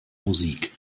musik